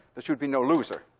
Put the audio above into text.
there should be no loser.